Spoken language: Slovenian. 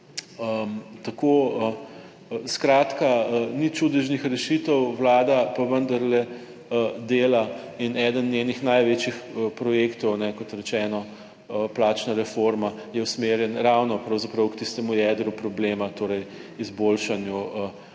Tako. Skratka ni čudežnih rešitev, Vlada pa vendarle dela in eden njenih največjih projektov, kot rečeno, plačna reforma je usmerjen ravno pravzaprav k tistemu jedru problema, torej izboljšanju